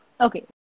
Okay